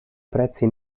prezzi